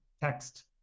text